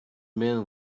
man